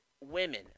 women